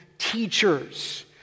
teachers